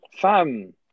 Fam